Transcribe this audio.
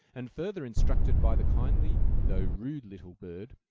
and, further instructed by the kindly though rude little bird,